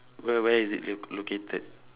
where where is it l~ located